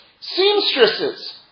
seamstresses